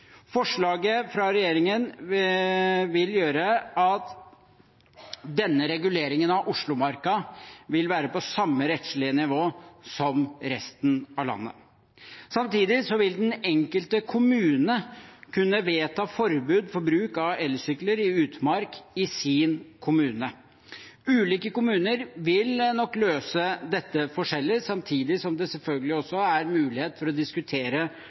Forslaget fra regjeringen vil gjøre at denne reguleringen av Oslomarka vil være på samme rettslige nivå som resten av landet. Samtidig vil den enkelte kommune kunne vedta forbud mot bruk av elsykler i utmark i sin kommune. Ulike kommuner vil nok løse dette forskjellig, samtidig som det selvfølgelig også er mulighet for å diskutere